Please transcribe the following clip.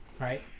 Right